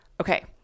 Okay